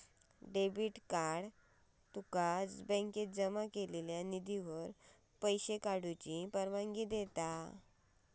debit card तुमका बँकेत जमा केलेल्यो निधीवर पैसो काढूची परवानगी देता